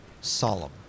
solemn